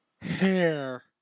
Hair